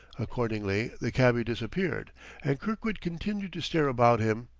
accordingly the cabby disappeared and kirkwood continued to stare about him,